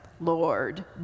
Lord